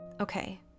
Okay